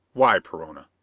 why, perona?